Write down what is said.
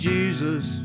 Jesus